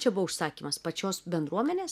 čia buvo užsakymas pačios bendruomenės